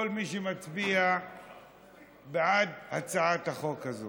שהולך להצביע בעד החוק הזה: